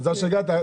מזל שהגעת,